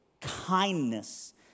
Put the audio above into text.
kindness